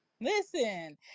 listen